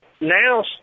Now